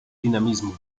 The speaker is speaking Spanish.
dinamismo